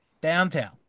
downtown